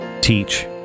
teach